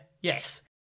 yes